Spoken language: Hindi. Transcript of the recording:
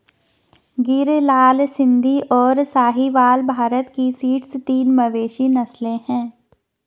गिर, लाल सिंधी, और साहीवाल भारत की शीर्ष तीन मवेशी नस्लें हैं